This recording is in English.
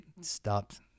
stopped